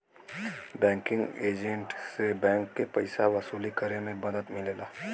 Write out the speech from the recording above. banking agent से bank के पइसा वसूली करे में मदद मिलेला